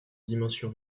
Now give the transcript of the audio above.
dimension